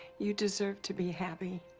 you deserve to be happy,